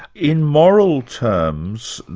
in moral terms,